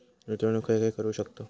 गुंतवणूक खय खय करू शकतव?